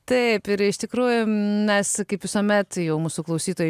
taip ir iš tikrųjų mes kaip visuomet jau mūsų klausytojai